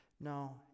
No